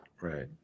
Right